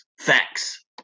Facts